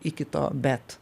iki to bet